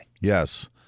Yes